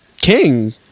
king